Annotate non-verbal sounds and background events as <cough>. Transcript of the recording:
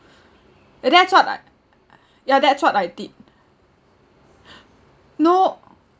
uh that's what I ya that's what I did <breath> no